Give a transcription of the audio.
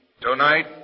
tonight